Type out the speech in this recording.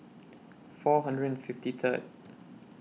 four hundred and fifty Third